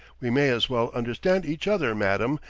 we may as well understand each other, madam,